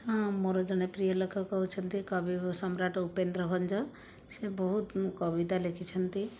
ହଁ ମୋ'ର ଜଣେ ପ୍ରିୟ ଲେଖକ ହେଉଛନ୍ତି କବି ସମ୍ରାଟ ଉପେନ୍ଦ୍ରଭଞ୍ଜ ସେ ବହୁତ କବିତା ଲେଖିଛନ୍ତି